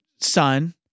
son